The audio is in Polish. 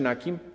Na kim?